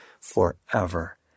forever